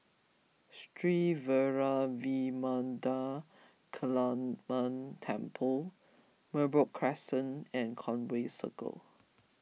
Sri Vairavimada Kaliamman Temple Merbok Crescent and Conway Circle